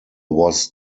was